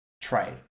Trade